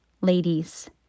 ladies